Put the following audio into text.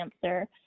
cancer